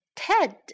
Ted